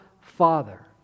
Father